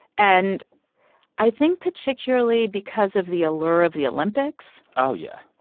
and i think particularly, because of the allure of the olympics. oh, yeah.